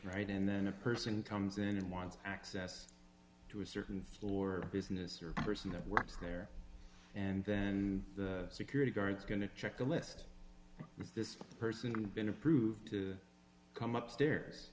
right and then a person comes in and wants access to a certain floor business or person that works there and then the security guards going to check the list if this person and been approved to come up stairs